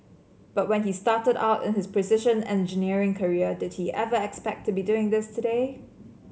but when he started out in his precision engineering career did he ever expect to be doing this today